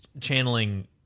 channeling